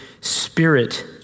spirit